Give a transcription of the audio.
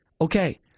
okay